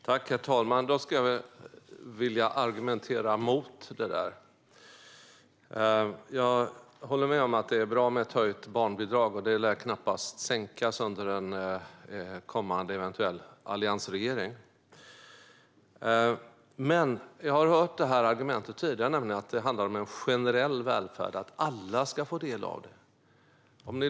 Fru talman! Jag skulle vilja argumentera mot det där. Jag håller med om att det är bra med ett höjt barnbidrag, och det lär knappast sänkas under en kommande eventuell alliansregering. Men jag har hört argumentet tidigare att det handlar om en generell välfärd och att alla ska få del av detta.